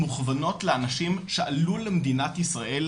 מכוונות לאנשים שעלו למדינת ישראל,